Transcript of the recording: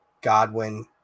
Godwin